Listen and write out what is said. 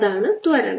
അതാണ് ത്വരണം